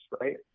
right